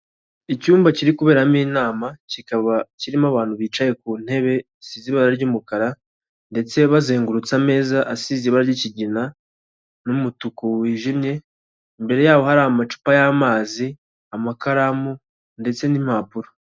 Icyumba kiri kuberamo inama kikaba kirimo abantu bicaye ku ntebe z'ibara ry'umukara ndetse bazengurutse ameza asize ibara ry'ikigina, n'umutuku wijimye imbere yaho hari amacupa y'amazi, amakaramu ndetse n'impapuro.